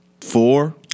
four